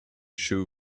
shoe